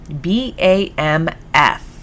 B-A-M-F